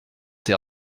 tes